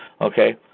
Okay